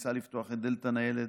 ניסה לפתוח את דלת הניידת.